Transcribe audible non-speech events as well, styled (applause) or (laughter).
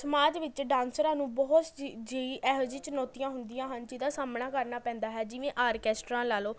ਸਮਾਜ ਵਿੱਚ ਡਾਂਸਰਾਂ ਨੂੰ ਬਹੁਤ (unintelligible) ਇਹੋ ਜਿਹੀ ਚੁਣੌਤੀਆਂ ਹੁੰਦੀਆਂ ਹਨ ਜਿਹਦਾ ਸਾਹਮਣਾ ਕਰਨਾ ਪੈਂਦਾ ਹੈ ਜਿਵੇਂ ਆਰਕੈਸਟਰਾ ਲਾ ਲਉ